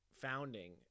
founding